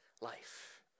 life